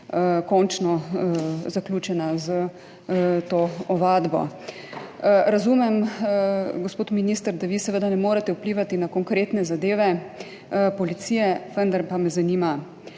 končno zaključena s to ovadbo. Razumem, gospod minister, da vi seveda ne morete vplivati na konkretne zadeve policije, vendar me zanima: